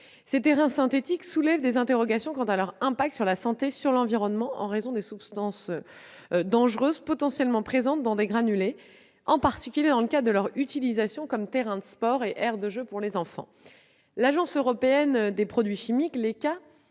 Ces terrains synthétiques soulèvent des interrogations quant à leurs effets sur la santé et l'environnement en raison de substances dangereuses potentiellement présentes dans des granulés, en particulier dans le cadre de leur utilisation comme terrain de sport ou aire de jeux pour enfants. L'Agence européenne des produits chimiques, l'ECHA,